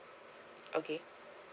okay